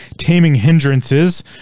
TamingHindrances